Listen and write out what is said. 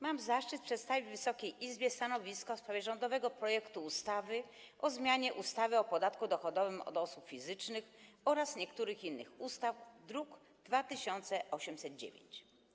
Mam zaszczyt przedstawić Wysokiej Izbie stanowisko w sprawie rządowego projektu ustawy o zmianie ustawy o podatku dochodowym od osób fizycznych oraz niektórych innych ustaw, druk nr 2809.